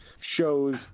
shows